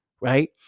right